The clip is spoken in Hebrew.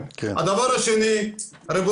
לתכנון.